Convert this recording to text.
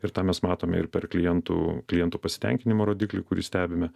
ir tą mes matome ir per klientų klientų pasitenkinimo rodiklį kurį stebime